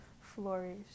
flourish